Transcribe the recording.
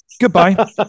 goodbye